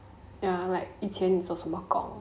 ya like 以前你做什么工